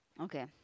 Okay